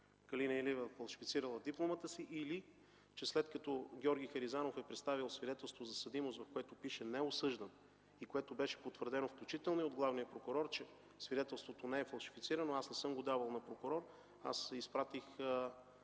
Калина Илиева е фалшифицирала дипломата си или че след като Георги Харизанов е представил свидетелство за съдимост, в което пише „неосъждан” и беше потвърдено включително и от главния прокурор, че свидетелството не е фалшифицирано, аз не съм го давал на прокурор. Изпратих